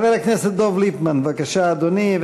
חבר הכנסת דב ליפמן, בבקשה, אדוני.